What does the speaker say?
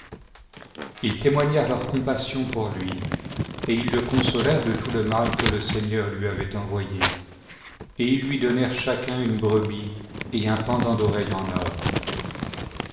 ils témoignèrent leur compassion pour lui et ils le consolèrent de tout le mal que le seigneur lui avait envoyé et ils lui donnèrent chacun une brebis et un pendant d'oreille en or